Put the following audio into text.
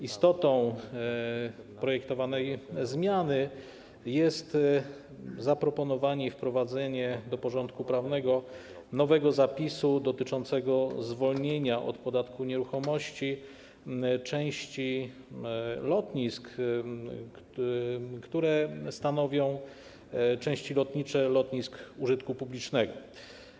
Istotą projektowanej zmiany jest zaproponowanie i wprowadzenie do porządku prawnego nowego zapisu dotyczącego zwolnienia od podatku nieruchomości części lotnisk, które stanowią części lotnicze lotnisk użytku publicznego.